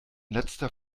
letzter